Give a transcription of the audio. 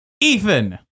Ethan